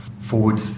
forward